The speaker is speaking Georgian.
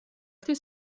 ერთი